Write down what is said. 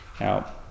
Now